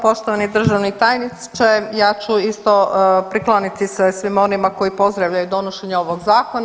Poštovani državni tajniče, ja ću isto prikloniti se svima onima koji pozdravljaju donošenje ovog zakona.